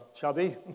chubby